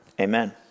Amen